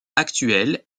actuel